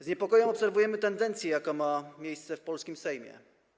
Z niepokojem obserwujemy tendencję, jaka ma miejsce w polskim Sejmie.